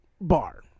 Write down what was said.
bar